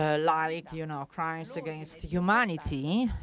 ah like you know crimes against humanity,